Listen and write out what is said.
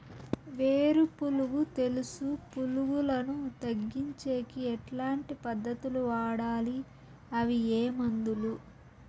వేరు పులుగు తెలుసు పులుగులను తగ్గించేకి ఎట్లాంటి పద్ధతులు వాడాలి? అవి ఏ మందులు?